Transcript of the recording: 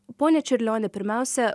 pone čiurlioni pirmiausia